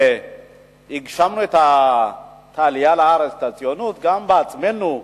שהגשמנו את העלייה לארץ, את הציונות, גם בעצמנו,